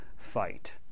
fight